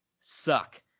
suck